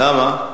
למה?